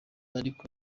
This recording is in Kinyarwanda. ariko